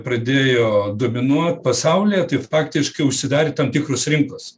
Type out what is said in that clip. pradėjo dominuot pasaulyje tai faktiškai užsidarė tam tikros rinkos